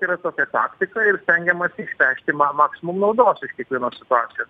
yra tokia taktika ir stengiamasi išpešti ma maksimum naudos iš kiekvienos situacijos